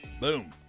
Boom